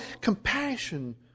compassion